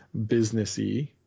businessy